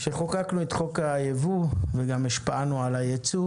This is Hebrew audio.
כשחוקקנו את חוק היבוא וגם השפענו על היצוא